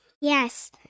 Yes